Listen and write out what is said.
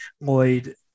Lloyd